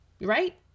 right